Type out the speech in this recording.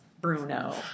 Bruno